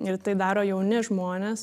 ir tai daro jauni žmonės